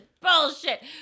bullshit